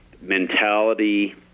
mentality